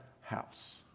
house